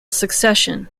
succession